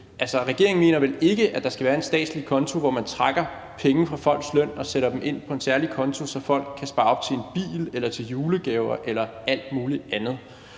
Regeringen mener vel ikke, at der skal være en statslig konto, og at man trækker penge fra folks løn og sætter dem ind på den særlige konto, så folk kan spare op til en bil eller til julegaver eller alt muligt andet?